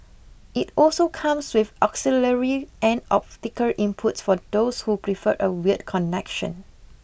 it also comes with auxiliary and optical inputs for those who prefer a wired connection